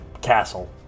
Castle